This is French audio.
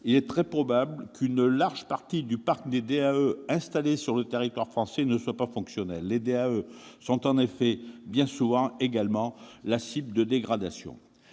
il est très probable qu'une large partie du parc des DAE installés sur le territoire français ne soit pas fonctionnelle, ceux-ci étant bien souvent la cible de dégradations.